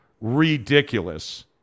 ridiculous